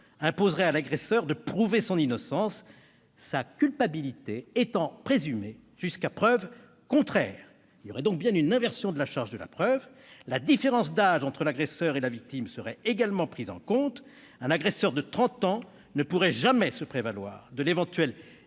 imposerait à l'agresseur de prouver son innocence, sa culpabilité étant présumée jusqu'à preuve contraire. Il y aurait donc bien une inversion de la charge de la preuve. La différence d'âge entre l'agresseur et la victime serait également prise en compte. Un agresseur de trente ans ne pourrait jamais se prévaloir de l'éventuel